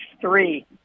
three